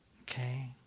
Okay